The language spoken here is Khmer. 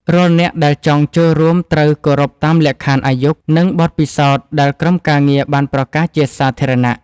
រាល់អ្នកដែលចង់ចូលរួមត្រូវគោរពតាមលក្ខខណ្ឌអាយុ និង បទពិសោធន៍ដែលក្រុមការងារបានប្រកាសជាសាធារណៈ។